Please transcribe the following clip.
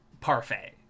parfait